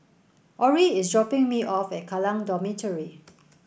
Orie is dropping me off at Kallang Dormitory